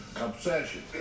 obsession